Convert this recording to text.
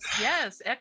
yes